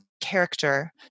character